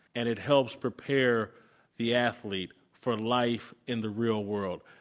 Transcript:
and it helps prepare the athlete for life in the real world.